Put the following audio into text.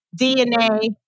DNA